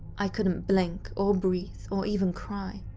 i couldn't blink, or breathe, or even cry.